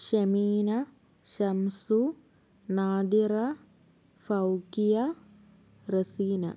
Shemeena Shamsu Nadira Faukiya Reseena